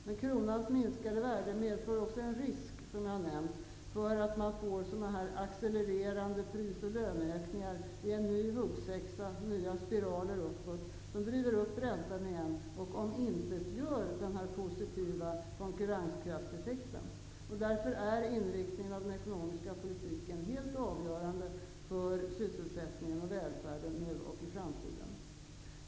Men kronans minskade värde medför också en risk, som jag har nämnt, för att man får accelererande pris och löneökningar i en ny huggsexa, nya spiraler uppåt, som driver upp räntan igen och omintetgör den positiva konkurrenskraftseffekten. Därför är inriktningen av den ekonomiska politiken helt avgörande för sysselsättingen och välfärden nu och i framtiden.